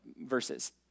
verses